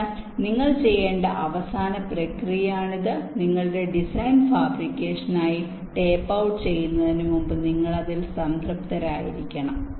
അതിനാൽ നിങ്ങൾ ചെയ്യേണ്ട അവസാന പ്രക്രിയയാണിത് നിങ്ങളുടെ ഡിസൈൻ ഫാബ്രിക്കേഷനായി ടേപ്പ് ഔട്ട് ചെയ്യുന്നതിനുമുമ്പ് നിങ്ങൾ അതിൽ സംതൃപ്തരായിരിക്കണം